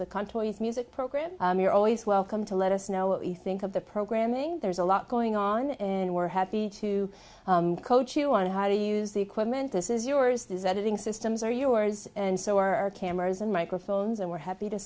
the country and music program you're always welcome to let us know what you think of the programming there's a lot going on in we're happy to coach you on how to use the equipment this is yours is that it is systems are yours and so are our cameras and microphones and we're happy to